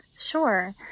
Sure